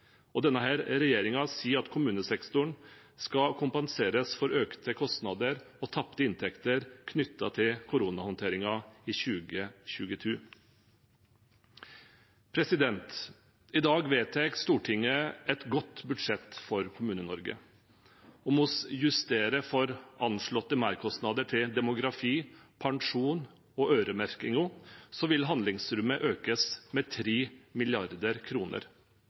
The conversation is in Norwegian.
Denne regjeringen sier at kommunesektoren skal kompenseres for økte kostnader og tapte inntekter knyttet til koronahåndteringen i 2022. I dag vedtar Stortinget et godt budsjett for Kommune-Norge. Om vi justerer for anslåtte merkostnader til demografi, pensjon og øremerkinger, vil handlingsrommet økes med